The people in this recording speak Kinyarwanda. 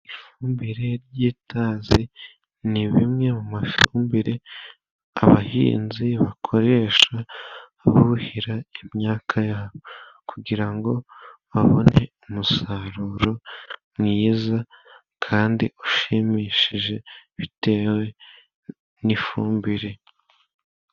Ifumbire ryitazi, ni bimwe mu mafumbire abahinzi bakoresha buhira imyaka yabo, kugira ngo babone umusaruro mwiza kandi ushimishije bitewe n'ifumbire.